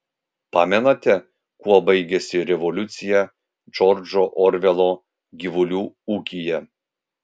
pamenate kuo baigėsi revoliucija džordžo orvelo gyvulių ūkyje